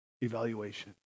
evaluation